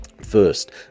first